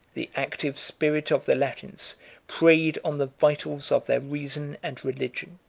the active spirit of the latins preyed on the vitals of their reason and religion